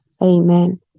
Amen